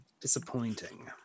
disappointing